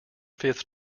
fifth